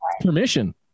permission